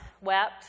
wept